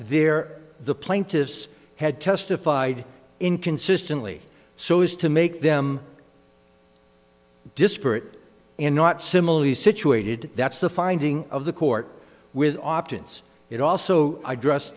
there the plaintiffs had testified inconsistently so as to make them disparate and not similarly situated that's the finding of the court with options it also address